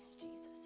Jesus